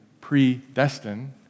predestined